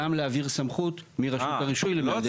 גם להעביר סמכות מרשות הרישוי למהנדס